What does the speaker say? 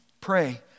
Pray